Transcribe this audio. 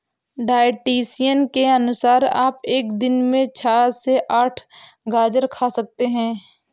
dietitian के अनुसार आप एक दिन में छह से आठ गाजर खा सकते हैं